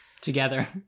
together